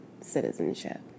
citizenship